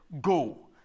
go